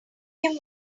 him